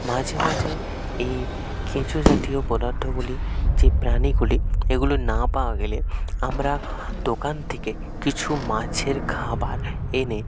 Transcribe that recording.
মাঝে মাঝে এই কেঁচো জাতীয় পদার্থগুলি যে প্রাণীগুলি এগুলো না পাওয়া গেলে আমরা দোকান থেকে কিছু মাছের খাবার এনে